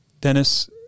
Dennis